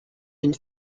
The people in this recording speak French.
une